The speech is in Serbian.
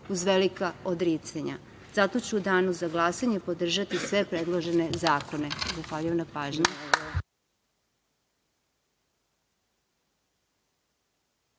uz velika odricanja. Zato ću u Danu za glasanje podržati sve predložene zakone. Zahvaljujem na pažnji.